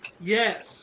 Yes